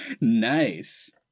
Nice